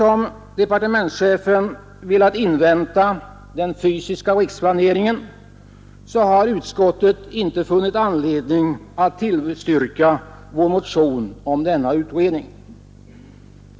Då departementschefen velat invänta den fysiska riksplaneringen, har utskottet inte funnit anledning att tillstyrka vår motion om denna utredning.